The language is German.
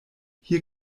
hier